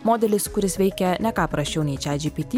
modelis kuris veikia ne ką prasčiau nei čiat džypyty